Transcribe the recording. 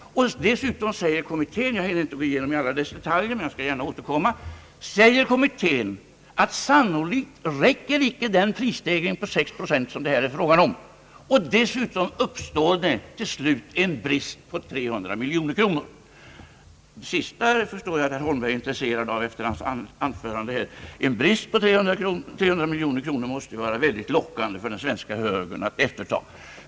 Dessutom säger kommittén — jag kan inte gå igenom alla detaljer, men jag skall gärna återkomma — att den prisstegring på 6 procent som det här är frågan om sannolikt inte räcker. Därtill uppstår till slut en brist på 300 miljoner kronor. Jag förstår efter herr Holmbergs anförande här att han är intreserad av det sista. En brist på 300 miljoner kronor måste ju vara mycket lockande för den svenska högern att ta efter.